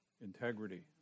integrity